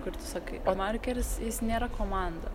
kur tu sakai o markeris jis nėra komanda